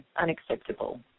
Unacceptable